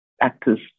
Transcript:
actors